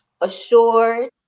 assured